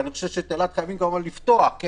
אני כמובן חושב שחייבים לפתוח את